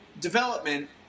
development